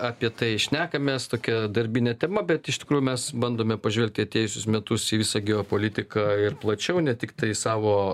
apie tai šnekamės tokia darbine tema bet iš tikrųjų mes bandome pažvelgt į atėjusius metus į visą geopolitiką ir plačiau ne tiktai savo